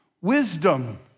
wisdom